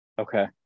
Okay